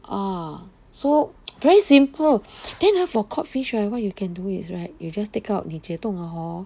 ah so very simple then hor for codfish right what you can do is right you just take out 你解冻了 hor